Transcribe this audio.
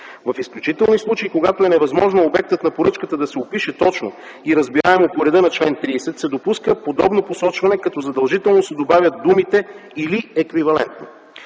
В изключителни случаи, когато е невъзможно обектът на поръчката да се опише точно и разбираемо по реда на чл. 30, се допуска подобно посочване, като задължително се добавят думите „или еквивалентно”.